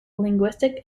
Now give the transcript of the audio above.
linguistic